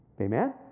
Amen